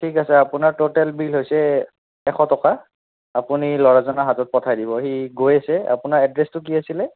ঠিক আছে আপোনাৰ ট'টেল বিল হৈছে এশ টকা আপুনি ল'ৰাজনৰ হাতত পঠাই দিব সি গৈ আছে আপোনাৰ এড্ৰেছটো কি আছিলে